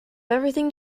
everything